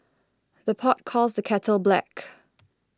the pot calls the kettle black